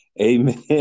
Amen